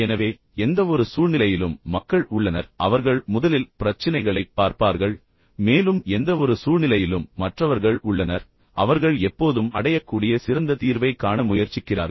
எனவே எந்தவொரு சூழ்நிலையிலும் மக்கள் உள்ளனர் அவர்கள் முதலில் பிரச்சினைகளைப் பார்ப்பார்கள் மேலும் எந்தவொரு சூழ்நிலையிலும் மற்றவர்கள் உள்ளனர் அவர்கள் எப்போதும் அடையக்கூடிய சிறந்த தீர்வைக் காண முயற்சிக்கிறார்கள்